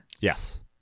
Yes